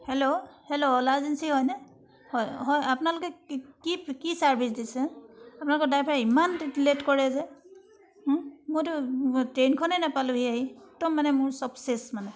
hello hello Ola agency হয়নে হয় হয় আপোনালোকে কি কি চাৰ্ভিছ দিছে আপোনালোকৰ ড্ৰাইভাৰ ইমান লেট কৰে যে মইতো ট্ৰেইনখনে নেপালোঁহি আহি একদম মানে মোৰ সব শেষ মানে